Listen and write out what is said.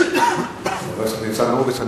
חבר הכנסת ניצן הורוביץ,